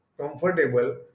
comfortable